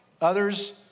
Others